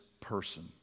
person